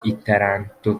italanto